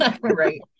right